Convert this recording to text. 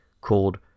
called